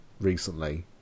recently